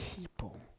people